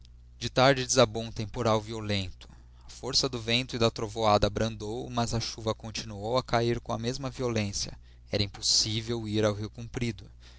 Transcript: de tarde desabou um temporal violento a força do vento e da trovoada abrandou mas a chuva continuou a cair com a mesma violência era impossível ir ao rio comprido